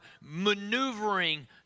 maneuvering